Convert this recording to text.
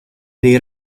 dei